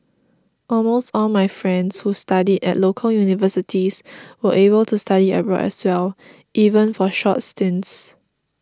almost all my friends who studied at local universities were able to study abroad as well even for short stints